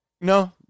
no